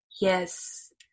Yes